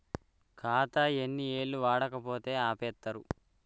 ఖాతా ఎన్ని ఏళ్లు వాడకపోతే ఆపేత్తరు?